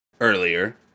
earlier